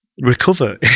recover